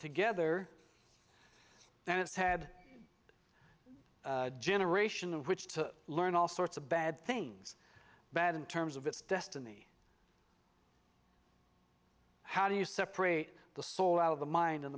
together then it's had a generation of which to learn all sorts of bad things bad in terms of its destiny how do you separate the soul out of the mind